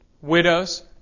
widows